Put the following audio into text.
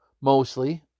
mostly